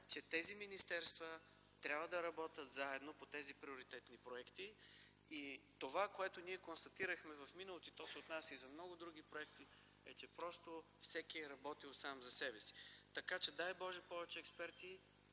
че тези министерства трябва да работят заедно по тези приоритетни проекти. Това, което констатирахме в миналото, то се отнася и за много други проекти, е, че просто всеки е работил сам за себе си. Така че, дай Боже, повече експерти,